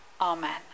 Amen